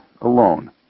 alone